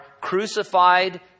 crucified